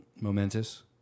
momentous